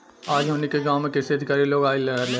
आज हमनी के गाँव में कृषि अधिकारी लोग आइल रहले